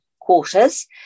quarters